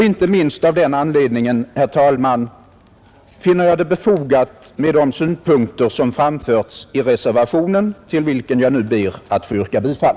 Inte minst av den anledningen, herr talman, finner jag de synpunkter beaktansvärda som framförts i reservationen, till vilken jag nu ber att få yrka bifall.